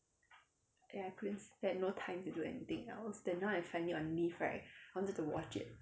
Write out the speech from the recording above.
and I couldn't s~ had no time to do anything else then now I'm finally on leave right I wanted to watch it